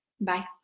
Bye